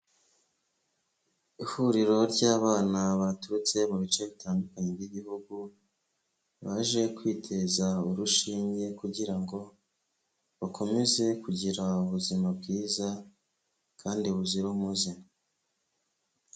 Ihuriro ry'abana baturutse mu bice bitandukanye by'igihugu, baje kwiteza urushinge kugira ngo bakomeze kugira ubuzima bwiza kandi buzira umuze.